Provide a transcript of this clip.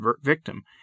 victim